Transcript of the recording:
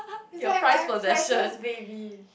it's like my precious baby